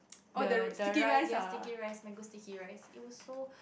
ya the rice their sticky rice mango sticky rice it was so